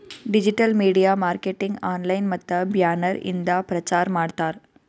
digital media marketing online ಮತ್ತ banner ಇಂದ ಪ್ರಚಾರ್ ಮಾಡ್ತಾರ್